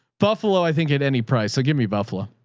buffalo, i think at any price. so give me buffalo.